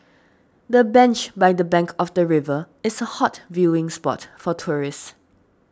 the bench by the bank of the river is hot viewing spot for tourists